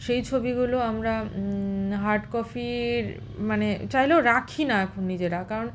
সেই ছবিগুলো আমরা হার্ড কপির মানে চাইলেও রাখি না এখন নিজেরা কারণ